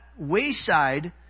wayside